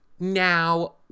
Now